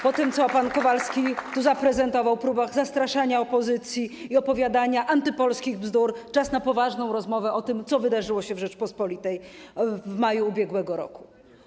Po tym, co pan Kowalski tu zaprezentował - chodzi o próby zastraszania opozycji i opowiadanie antypolskich bzdur - czas na poważną rozmowę o tym, co wydarzyło się w Rzeczypospolitej w maju ub.r.